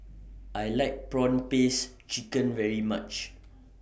I like Prawn Paste Chicken very much